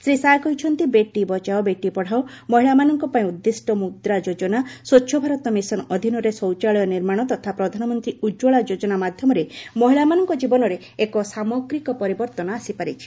ଶ୍ରୀ ଶାହା କହିଛନ୍ତି 'ବେଟି ବଚାଓ ବେଟି ପଢ଼ାଓ' ମହିଳାଙ୍କପାଇଁ ଉଦ୍ଦିଷ୍ଟ 'ମୁଦ୍ରା ଯୋଜନା' ସ୍ୱଚ୍ଚ ଭାରତ ମିଶନ ଅଧୀନରେ ଶୌଚାଳୟ ନିର୍ମାଣ ତଥା ପ୍ରଧାନମନ୍ତ୍ରୀ ଉଜ୍ଜଳା ଯୋଜନା ମାଧ୍ୟମରେ ମହିଳାମାନଙ୍କ ଜୀବନରେ ଏକ ସାମଗ୍ରିକ ପରିବର୍ତ୍ତନ ଘଟିପାରିଛି